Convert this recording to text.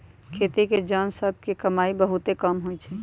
खेती के जन सभ के कमाइ बहुते कम होइ छइ